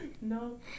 No